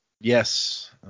Yes